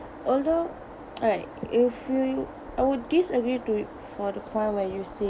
although alright if I would disagree to you for the point where you say